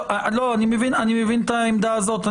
טוב, אני מבין את העמדה הזאת.